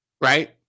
right